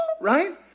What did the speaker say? right